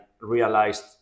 realized